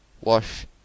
wash